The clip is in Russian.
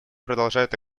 продолжает